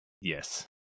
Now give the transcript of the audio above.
Yes